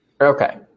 Okay